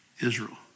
Israel